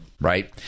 right